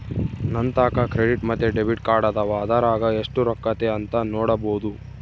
ನಂತಾಕ ಕ್ರೆಡಿಟ್ ಮತ್ತೆ ಡೆಬಿಟ್ ಕಾರ್ಡದವ, ಅದರಾಗ ಎಷ್ಟು ರೊಕ್ಕತೆ ಅಂತ ನೊಡಬೊದು